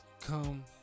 come